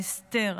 ההסתר,